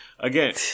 Again